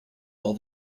while